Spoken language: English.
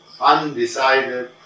undecided